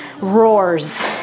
roars